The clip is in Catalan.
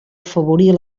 afavorir